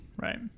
Right